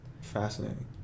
Fascinating